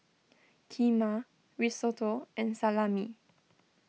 Kheema Risotto and Salami